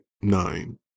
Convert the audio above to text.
nine